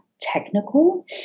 technical